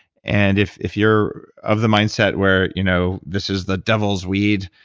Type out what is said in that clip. and if if you're of the mindset where, you know this is the devil's weed,